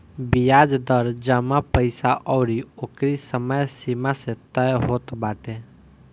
बियाज दर जमा पईसा अउरी ओकरी समय सीमा से तय होत बाटे